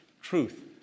truth